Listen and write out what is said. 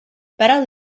better